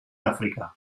àfrica